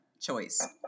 choice